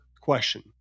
question